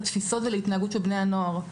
לתפיסות ולהתנהגות של בני הנוער.